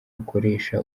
bakoresha